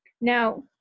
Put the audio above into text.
now